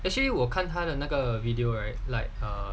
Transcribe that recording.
actually 我看他的那个 video right like err